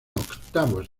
octavos